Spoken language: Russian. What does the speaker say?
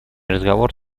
разговор